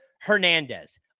Hernandez